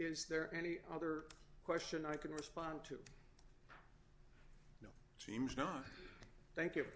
is there any other question i can respond to no seems not thank you